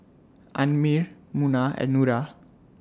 Ammir Munah and Nura